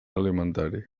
alimentari